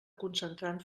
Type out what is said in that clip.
concentrant